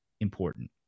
Important